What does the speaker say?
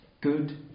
good